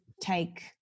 take